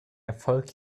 erfolg